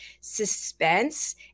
suspense